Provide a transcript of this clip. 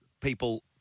people